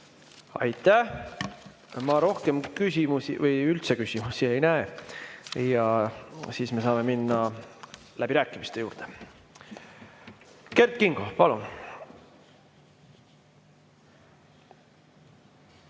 Aitäh! Ma rohkem küsimusi või üldse küsimusi ei näe. Saame minna läbirääkimiste juurde. Kert Kingo, palun!